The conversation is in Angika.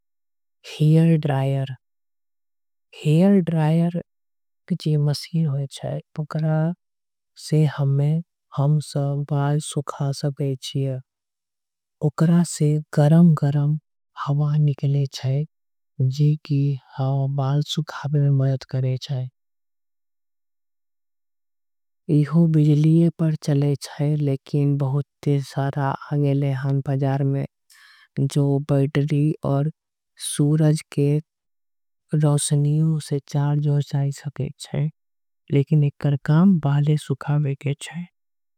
हेयर ड्रायर एक मशीन होई छे। ओकरा से बाल सिखाई जाई छे। एकरा से गरम हवा निकले छे। जे बाल सूखावे में मदद करे छे। ईहू बिजलीये से चले वाला। उपकरण छे जो बैटरी आऊ। सूरज के ऊर्जा के उपयोग। करके चले जाय छे।